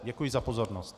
Děkuji za pozornost.